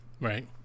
right